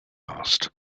asked